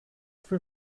für